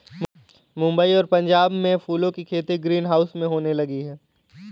मुंबई और पंजाब में फूलों की खेती ग्रीन हाउस में होने लगी है